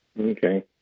Okay